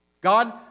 God